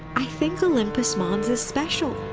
i think olympus mons is special,